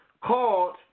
called